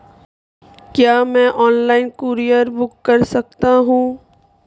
क्या मैं online courier book कर सकता हूँ?